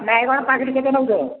ବାଇଗଣ କାକୁଡ଼ି କେତେ ନେଉଛ